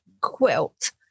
quilt